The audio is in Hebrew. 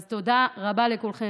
אז תודה רבה לכולכם,